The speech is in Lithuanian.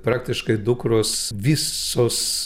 praktiškai dukros visos